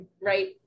right